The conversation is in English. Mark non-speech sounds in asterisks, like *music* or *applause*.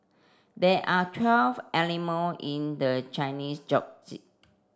there are twelve animal in the Chinese *unintelligible*